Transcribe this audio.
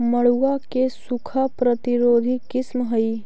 मड़ुआ के सूखा प्रतिरोधी किस्म हई?